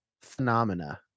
phenomena